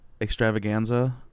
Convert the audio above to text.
extravaganza